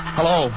Hello